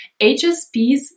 HSPs